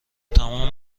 تمام